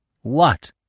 What